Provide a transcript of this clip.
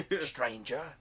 stranger